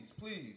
please